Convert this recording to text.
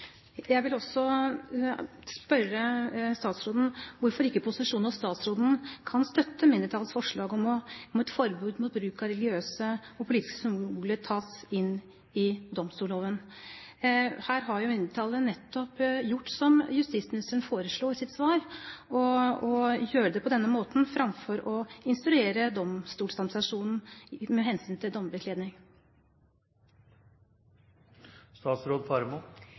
Jeg vil også spørre statsråden om hvorfor ikke posisjonen og statsråden kan støtte mindretallets forslag om at et forbud mot bruk av religiøse og politiske symboler tas inn i domstolloven. Her har jo mindretallet nettopp gjort som justisministeren foreslo i sitt svar, å gjøre det på denne måten framfor å instruere Domstoladministrasjonen med hensyn til